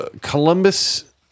Columbus